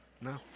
No